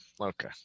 okay